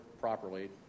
properly